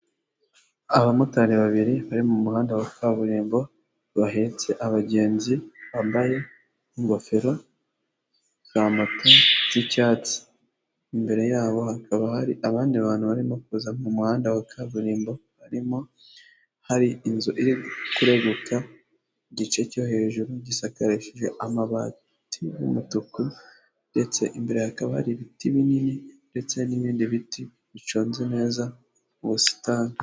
Abamotari babiri bari mu muhanda wa kaburimbo bahetse abagenzi bambaye ingofero za moto z'icyatsi, imbere yabo hakaba hari abandi bantu barimo kuza mu muhanda wa kaburimbo harimo hari inzu iri kureguka igice cyo hejuru gisakarishije amabati y'umutuku ndetse imbere hakaba ari ibiti binini ndetse n'ibindi biti bicunze neza mu busitani.